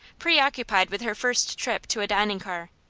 preoccupied with her first trip to a dining car,